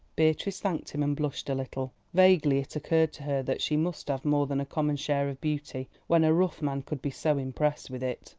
beatrice thanked him and blushed a little. vaguely it occurred to her that she must have more than a common share of beauty, when a rough man could be so impressed with it.